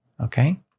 Okay